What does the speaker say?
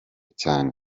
cyane